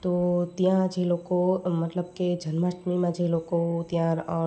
તો ત્યાં જ એ લોકો મતલબ કે જન્માષ્ટમીમાં જે લોકો ત્યાં